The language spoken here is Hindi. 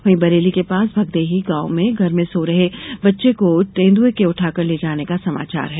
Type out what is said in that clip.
वहीं बरेली के पास भगदेही गॉव में घर में सो रहे बच्चें को तेंदुए के उठाकर ले जाने का समाचार है